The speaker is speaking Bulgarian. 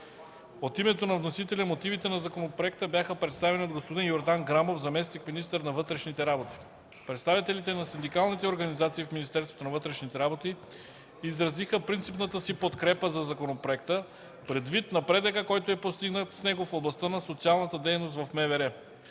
От името на вносителя мотивите към законопроекта бяха представени от господин Йордан Грамов, заместник-министър на вътрешните работи. Представителите на синдикалните организации в Министерството на вътрешните работи изразиха принципната си подкрепа за законопроекта предвид напредъка, който е постигнат с него в областта на социалната дейност в МВР.